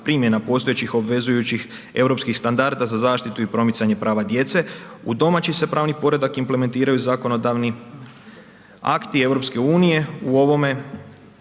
primjena postojećih obvezujući europskih standarda za zaštitu i promicanje prava djece u domaći se pravni poredak implementiraju zakonodavni akti EU-a u ovom